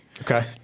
Okay